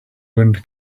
wind